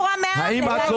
--- מורם מעם.